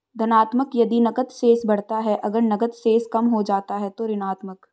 धनात्मक यदि नकद शेष बढ़ता है, अगर नकद शेष कम हो जाता है तो ऋणात्मक